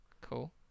Cool